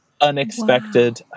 unexpected